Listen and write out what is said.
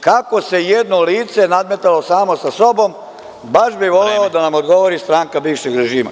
Kako se i jedno lice nadmetalo samo sa sobom baš bi voleo da vam odgovori stranka bivšeg režima?